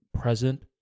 present